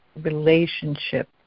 relationship